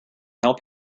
help